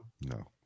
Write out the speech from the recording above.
No